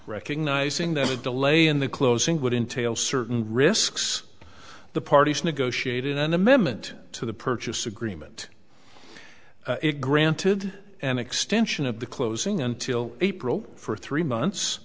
recognizing that a delay in the closing would entail certain risks the parties negotiated an amendment to the purchase agreement it granted an extension of the closing until april for three months